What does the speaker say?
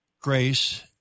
Grace